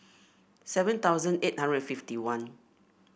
seven thousand eight hundred fifty one